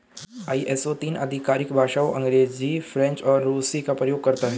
ISO तीन आधिकारिक भाषाओं अंग्रेजी, फ्रेंच और रूसी का प्रयोग करता है